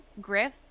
Griff